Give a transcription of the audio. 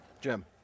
Jim